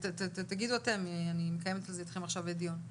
ותגידו אתם, אני מקיימת על זה איתכם עכשיו דיון.